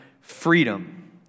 freedom